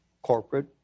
Corporate